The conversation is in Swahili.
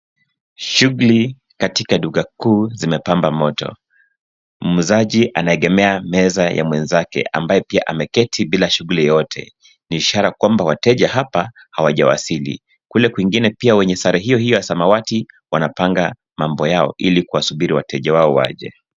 Shughuli katika duka kuu zimepamba moto. Muuzaji anaegemea meza ya mwenzake ambaye pia ameketi bila shughuli yoyote. Ni ishara kwamba wateja hapa hawajawasili. Kule kwengine pia wenye sare hio hio ya samawati, wanapanga mambo yao ili kuwasubiri wateja wao waje.